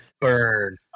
Burn